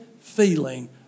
feeling